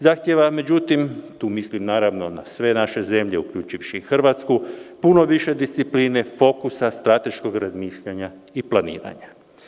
Zahtjeva međutim, tu mislim naravno na sve naše zemlje, uključivši i Hrvatsku, puno više discipline, fokusa, strateškog razmišljanja i planiranja.